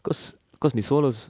cause cause நீ:nee solos